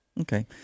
Okay